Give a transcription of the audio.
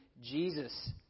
Jesus